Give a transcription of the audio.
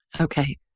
Okay